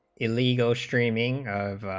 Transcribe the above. illegal streaming